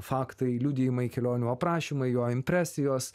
faktai liudijimai kelionių aprašymai jo impresijos